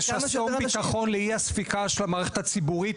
השב"נים זה שסתום ביטחון לאי-הספיקה של המערכת הציבורית,